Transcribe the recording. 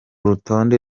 rutonde